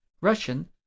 russian